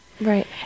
right